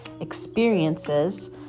experiences